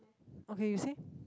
okay you say